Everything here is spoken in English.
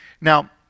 Now